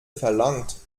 verlangt